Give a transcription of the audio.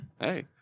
Hey